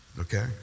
Okay